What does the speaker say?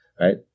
right